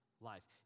Life